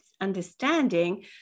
understanding